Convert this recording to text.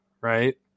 right